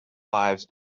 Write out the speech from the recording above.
lives